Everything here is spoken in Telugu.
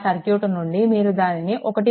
ఆ సర్క్యూట్ నుండి మీరు దానిని 1